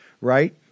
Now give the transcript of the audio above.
right